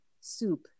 soup